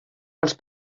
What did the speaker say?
els